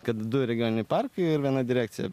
kad du regioniniai parkai ir viena direkcija